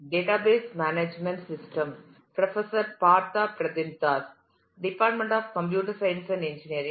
database management system களின் module 28 க்கு வருக